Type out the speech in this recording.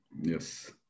Yes